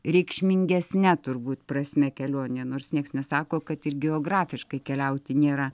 reikšmingesne turbūt prasme kelionė nors nieks nesako kad ir geografiškai keliauti nėra